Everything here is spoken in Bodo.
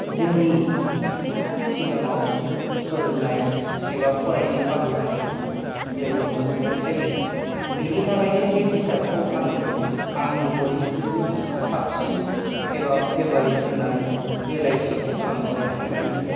जोंनि सिगाङाव फोरोंनाय एबा फरायनो खाबु होनायखौ जों नुनो मोननाय जायो बेनि थाखायनो बे बिजाबखौ आङो आंनि बयनिख्रुइबो साबसिन एबा फेभरेत होन्नानै बे लाइसिखौ आं गनायनानै लायो